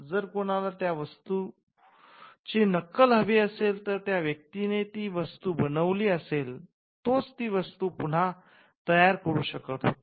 जर कुणाल त्या वस्तूची नक्कल हवी असेल तर ज्या व्यक्तीने ती वस्तू बनवली असेल तोच ती वस्तू पुन्हा तयार करू शकत होता